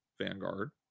Vanguard